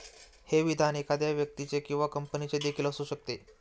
हे विधान एखाद्या व्यक्तीचे किंवा कंपनीचे देखील असू शकते